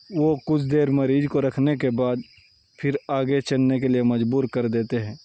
وہ کچھ دیر مریض کو رکھنے کے بعد پھر آگے چلنے کے لیے مجبور کر دیتے ہیں